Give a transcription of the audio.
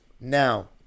Now